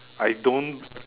I don't